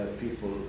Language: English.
people